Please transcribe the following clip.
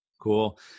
cool